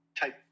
type